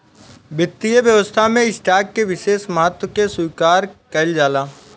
वित्तीय व्यवस्था में स्टॉक के विशेष महत्व के स्वीकार कईल जाला